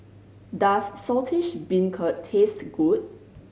does Saltish Beancurd taste good